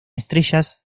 estrellas